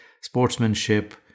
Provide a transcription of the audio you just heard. sportsmanship